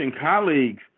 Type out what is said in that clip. colleagues